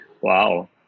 Wow